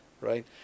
right